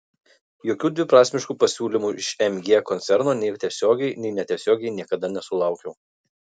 jokių dviprasmiškų pasiūlymų iš mg koncerno nei tiesiogiai nei netiesiogiai niekada nesulaukiau